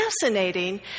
fascinating